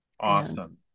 awesome